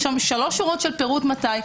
יש שם שלוש שורות של פירוט מתי.